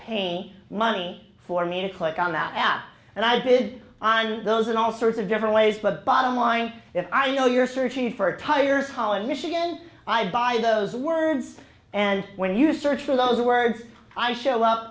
pain money for me to click on that app and i bid on those in all sorts of different ways but bottom line if i know you're searching for tires holland michigan i buy those words and when you search for those words i show up